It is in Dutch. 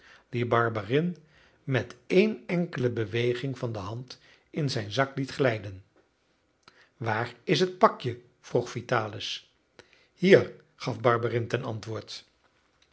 die barberin met een enkele beweging van de hand in zijn zak liet glijden waar is het pakje vroeg vitalis hier gaf barberin ten antwoord